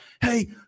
hey